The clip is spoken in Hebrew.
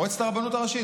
מועצת הרבנות הראשית.